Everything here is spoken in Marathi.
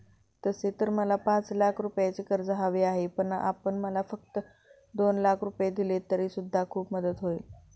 तसे तर मला पाच लाख रुपयांचे कर्ज हवे आहे, पण आपण मला फक्त दोन लाख रुपये दिलेत तरी सुद्धा खूप मदत होईल